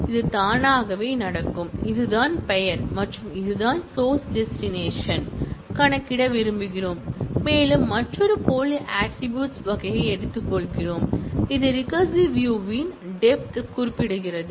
இது தானாகவே நடக்கும் இதுதான் பெயர் மற்றும் இதுதான் சோர்ஸ் டெஸ்டினேஷன் கணக்கிட விரும்புகிறோம் மேலும் மற்றொரு போலி ஆட்ரிபூட்ஸ் வகையை எடுத்துக்கொள்கிறோம் இது ரிகாரசிவ் வியூ ன் டெப்த் குறிப்பிடுகிறது